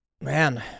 Man